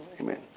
amen